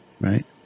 right